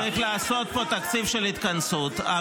צריך לעשות פה תקציב של התכנסות.